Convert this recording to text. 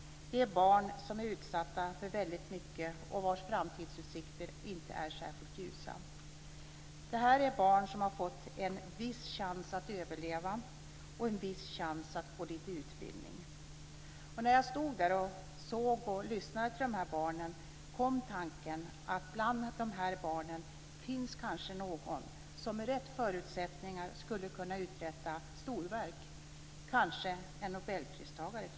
Det är barn som är utsatta för väldigt mycket och vilkas framtidsutsikter inte är särskilt ljusa. Det är barn som har fått en viss chans att överleva och en viss chans att få lite utbildning. När jag stod där och såg och lyssnade till dessa barn, kom tanken att bland dessa barn finns kanske någon som med rätt förutsättningar skulle kunna uträtta storverk, kanske t.o.m. en blivande nobelpristagare.